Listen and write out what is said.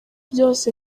byose